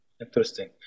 interesting